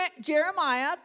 Jeremiah